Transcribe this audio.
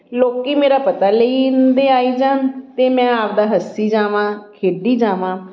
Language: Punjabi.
ਲੋਕ ਮੇਰਾ ਪਤਾ ਲੈਂਦੇ ਆਈ ਜਾਣ ਅਤੇ ਮੈਂ ਆਪਦਾ ਹੱਸੀ ਜਾਵਾਂ ਖੇਡੀ ਜਾਵਾਂ